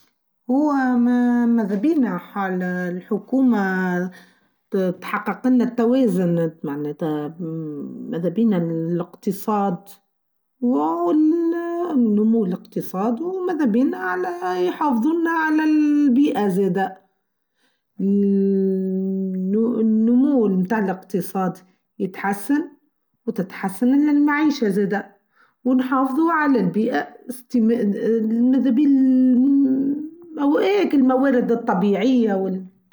هو ماذا بينا حال الحكومة تتحقق لنا التوازن معناتا ماذا بينا الاقتصاد والنمو الاقتصاد وماذا بينا يحافظونا على البيئة زادة النمو المتعلق بالاقتصاد يتحسن وتتحسن المعيشة زادة ونحافظوعلى البيئة ماذا بالللللل أوآكل الموارد الطبيعية.